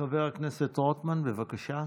חבר הכנסת רוטמן, בבקשה.